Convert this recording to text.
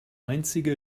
einzige